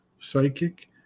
Psychic